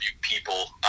people